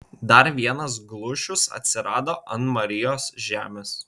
dar vienas glušius atsirado ant marijos žemės